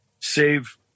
save